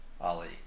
Ali